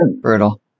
Brutal